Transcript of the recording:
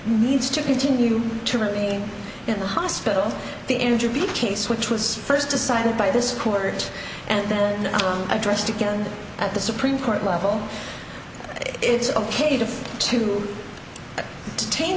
needs to continue to remain in the hospital the entropy change which was first decided by this court and then addressed again at the supreme court level it's ok to to detain